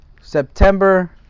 September